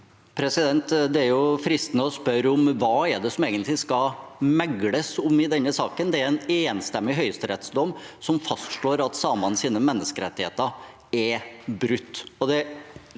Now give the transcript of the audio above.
Det er fristende å spørre hva som egentlig skal megles om i denne saken. Det er en enstemmig høyesterettsdom som fastslår at samenes menneskerettigheter er brutt,